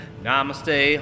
Namaste